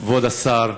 כבוד השר,